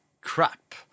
crap